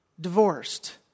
divorced